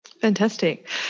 Fantastic